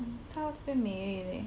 嗯它这边美而已 leh